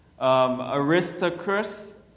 Aristocrus